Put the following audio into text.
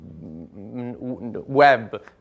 web